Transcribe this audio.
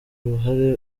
ruhare